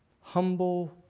humble